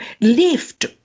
lift